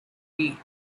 eat